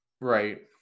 Right